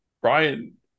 Brian